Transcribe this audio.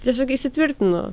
tiesiog įsitvirtino